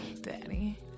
daddy